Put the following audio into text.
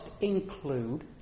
include